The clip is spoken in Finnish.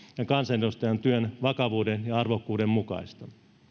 ja kansanedustajan työn vakavuuden ja arvokkuuden mukaista